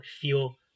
feel